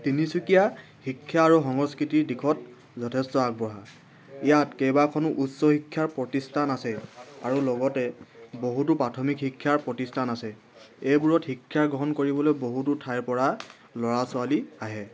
তিনিচুকীয়া শিক্ষা আৰু সংস্কৃতিৰ দিশত যথেষ্ট আগবঢ়া ইয়াত কেইবাখনো উচ্চ শিক্ষাৰ প্ৰতিষ্ঠান আছে আৰু লগতে বহুতো প্ৰাথমিক শিক্ষাৰ প্ৰতিষ্ঠান আছে এইবোৰত শিক্ষা গ্ৰহণ কৰিবলৈ বহুতো ঠাইৰ পৰা ল'ৰা ছোৱালী আহে